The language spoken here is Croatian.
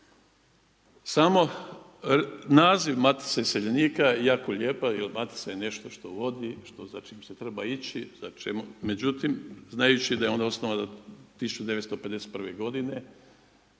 Samo naziv Matice iseljenika je jako lijepa jer matica je nešto što vodi za čim se treba ići. Međutim, znajući da je ona osnovana 1951. godine